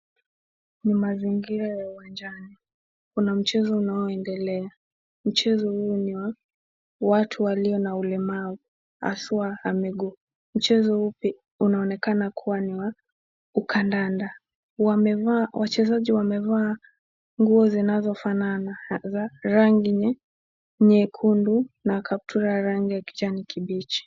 Ni mazingira ya uwanjani. Kuna mchezo unaoendelea. Mchezo huo ni wa watu walio na ulemavu haswa wa miguu. Mchezo huu unaonekana kuwa ni wa ukandanda. Wachezaji wamevaa nguo zinazofanana za rangi nyekundu na kaptura ya rangi ya kijani kibichi.